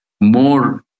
more